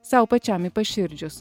sau pačiam į paširdžius